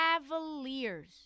Cavaliers